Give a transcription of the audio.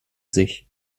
sich